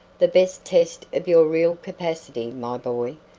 the best test of your real capacity, my boy,